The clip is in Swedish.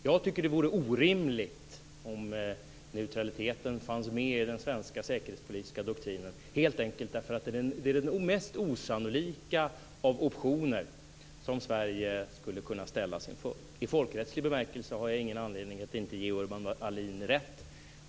Jag tycker att det vore orimligt om neutraliteten fanns med i den svenska säkerhetspolitiska doktrinen helt enkelt därför att det är den mest osannolika av optioner som Sverige skulle kunna ställas inför. I folkrättslig bemärkelse har jag ingen anledning att inte ge Urban Ahlin rätt.